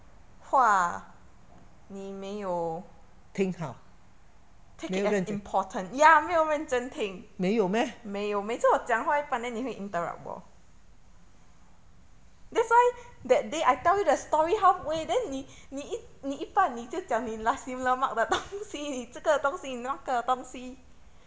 听好没有认真没有 meh